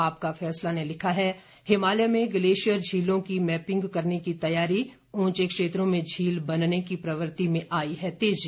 आपका फैसला ने लिखा है हिमालय में ग्लेशियर झीलों की मैपिंग करने की तैयारी ऊंचे क्षेत्रों में झील बनने की प्रव्रति में आई है तेजी